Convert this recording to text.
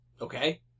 Okay